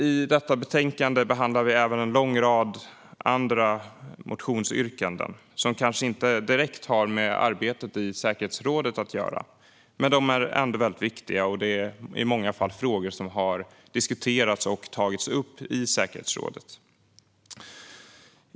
I detta betänkande behandlar vi även en lång rad andra motionsyrkanden som kanske inte direkt har med arbetet i säkerhetsrådet att göra, men de är ändå väldigt viktiga och berör i många fall frågor som har diskuterats och tagits upp i säkerhetsrådet.